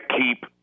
keep